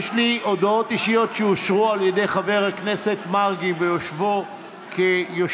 יש לי הודעות אישיות שאושרו על ידי חבר הכנסת מרגי ביושבו כיושב-ראש,